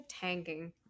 tanking